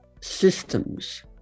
systems